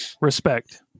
Respect